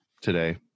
today